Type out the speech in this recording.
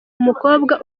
umukobwa